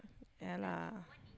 ya lah